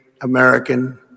American